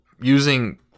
using